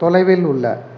தொலைவில் உள்ள